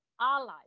allies